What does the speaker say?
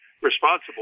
responsible